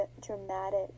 dramatic